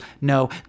no